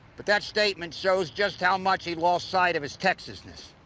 but that statement shows just how much he lost sight of his texasness.